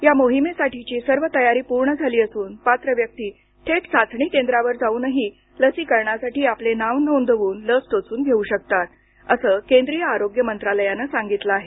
या मोहिमेसाठीची सर्व तयारी पूर्ण झाली असून पात्र व्यक्ती थेट चाचणी केंद्रावर जाऊनही लसीकरणासाठी आपले नाव नोंदवून लस टोचून घेऊ शकतात असं केंद्रीय आरोग्य मंत्रालयानं सांगितलं आहे